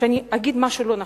שאני אגיד משהו לא נכון.